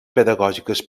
pedagògiques